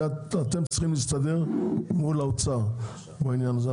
זה אתם צריכים להסתדר מול האוצר בעניין הזה ,